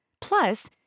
Plus